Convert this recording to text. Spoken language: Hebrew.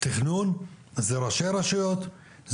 תכנון הוא ראשי רשויות,